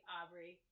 Aubrey